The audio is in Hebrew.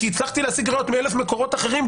כי הצלחתי להשיג ראיות מאלף מקורות אחרים,